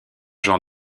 jean